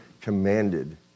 commanded